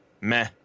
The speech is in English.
Meh